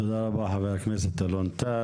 תודה רבה, חה"כ אלון טל.